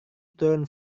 turun